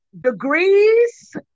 degrees